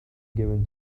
given